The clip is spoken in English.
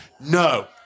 No